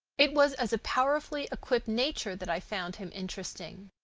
it was as a powerfully equipped nature that i found him interesting.